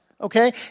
Okay